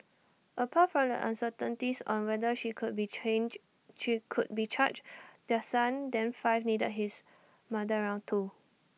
apart from the uncertainties on whether she could be changed she would be charged their son then five needed his mother around too